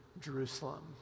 Jerusalem